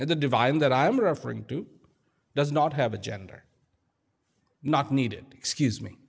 and the divine that i'm referring to does not have a gender not needed excuse me